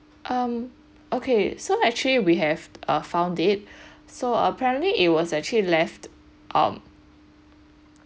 um okay so actually we have err found it so apparently it was actually left um